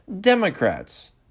Democrats